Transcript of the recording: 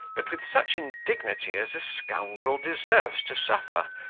but with such indignity as a scoundrel deserves to suffer,